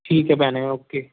ਠੀਕ ਹੈ ਭੈਣੇ ਓਕੇ